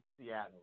Seattle